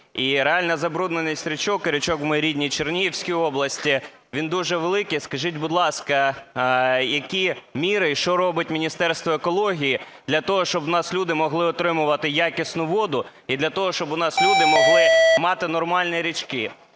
і реальна забрудненість річок і річок в моїй рідній Чернігівській області, вона дуже велика. Скажіть, будь ласка, які міри і що робить Міністерство екології для того, щоб люди могли отримувати якісну воду і для того, щоб у нас люди могли мати нормальні річки?